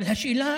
אבל השאלה